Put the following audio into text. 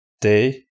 day